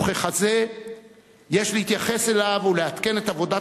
וככזה יש להתייחס אליו ולעדכן את עבודת